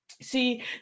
See